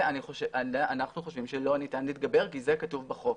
אנחנו חושבים שלא ניתן להתגבר על זה כי זה כתוב בחוק.